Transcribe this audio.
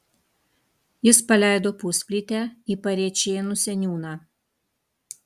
jis paleido pusplytę į parėčėnų seniūną